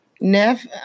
Neff